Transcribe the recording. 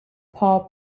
paul